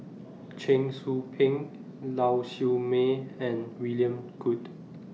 Cheong Soo Pieng Lau Siew Mei and William Goode